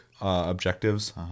objectives